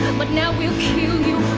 but now we'll kill you